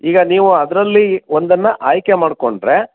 ಈಗ ನೀವು ಅದರಲ್ಲಿ ಒಂದನ್ನು ಆಯ್ಕೆ ಮಾಡಿಕೊಂಡ್ರೆ